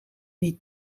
niet